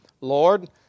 Lord